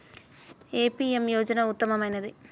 ఏ PM యోజన ఉత్తమమైనది?